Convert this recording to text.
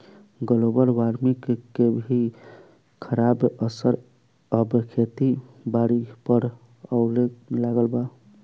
global warming के भी खराब असर अब खेती बारी पर लऊके लगल बा